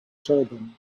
turbans